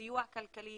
ובסיוע כלכלי